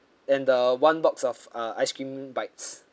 and the one box of uh ice cream bites